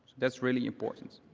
that's really important.